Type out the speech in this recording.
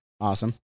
Awesome